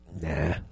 Nah